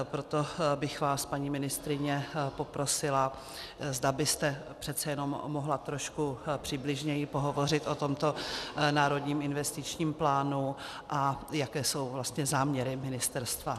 Proto bych vás, paní ministryně, poprosila, zda byste přece jen mohla trošku přibližněji pohovořit o tomto Národním investičním plánu a jaké jsou záměry ministerstva.